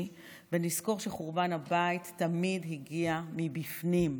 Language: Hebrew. ונזכור שחורבן הבית תמיד הגיע מבפנים.